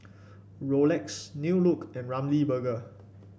Rolex New Look and Ramly Burger